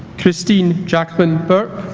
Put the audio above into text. christine jaclyn burke